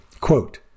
quote